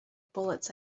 bullets